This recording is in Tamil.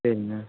சரிங்க